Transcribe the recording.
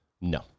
No